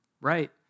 right